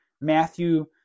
Matthew